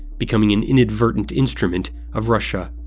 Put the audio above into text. becoming an inadvertent instrument of russia.